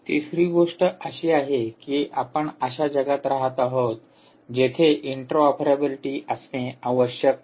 तिसरी गोष्ट अशी आहे की आपण अशाच जगात राहत आहोत जेथे इंटरऑपरेबिलिटी असणे आवश्यक आहे